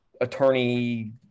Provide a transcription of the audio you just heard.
attorney